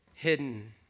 hidden